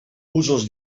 usos